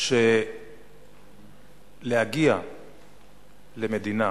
שלהגיע למדינה,